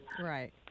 Right